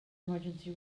emergency